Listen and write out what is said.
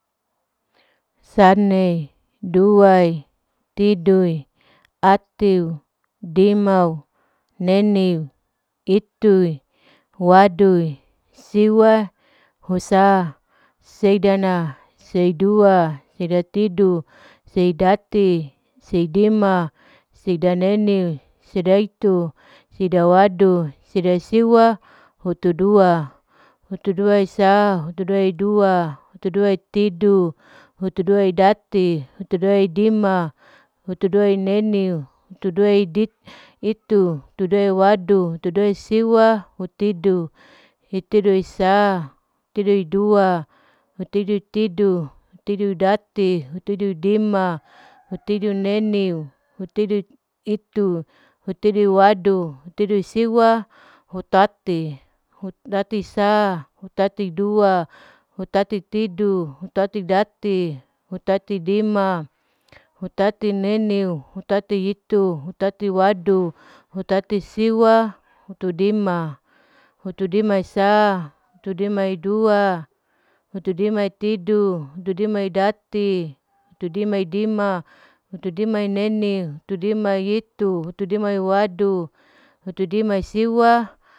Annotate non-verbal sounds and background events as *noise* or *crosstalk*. Sane, duai, titu, atiu, dimau, neniu, itui, wadui, siwai, husa, seidana, seidua. seidatidu, sidati, seidima, sedaneni, seidatu, seidawaddu, sedasiwa, hutudua, hutuduasa, hutuduadua, hutudutidu, hutuduadati, hutuduadima, hutuduaneni, hutuduaditu, hutuduawadu, hutuduasiwa, hutidu, hutiduusa, hutiduidua, hutuidutidu, hutuduidati, huduidima, *noise* hutiduineni, hutiduiitu, hutuduiiwaddu, hutuduisiwa hutati, hutatisa, hutatidua, hutatitidu, hutatidati, hutatidima, hutatineniu, hutatihitu, hutatiwadu, hutatisiwa, hutudina, hutudiisa, hutudimaidua, hutudimaitidu, hutudimaidati, hutudimaidima, hutudimaineni, hutudinaitu, hutudimaiwadu, hutudimaisiwa.